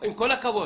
עם כל הכבוד,